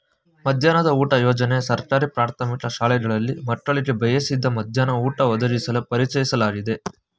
ಮಧ್ಯಾಹ್ನದ ಊಟ ಯೋಜನೆ ಸರ್ಕಾರಿ ಪ್ರಾಥಮಿಕ ಶಾಲೆಗಳಲ್ಲಿ ಮಕ್ಕಳಿಗೆ ಬೇಯಿಸಿದ ಮಧ್ಯಾಹ್ನ ಊಟ ಒದಗಿಸಲು ಪರಿಚಯಿಸ್ಲಾಗಯ್ತೆ